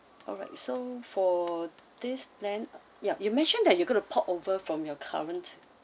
alright so for this plan yup you mentioned that you going to port over from your current